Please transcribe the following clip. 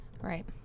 Right